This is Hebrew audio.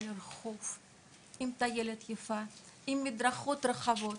על רחוב עם טיילת יפה ועם מדרכות רחבות,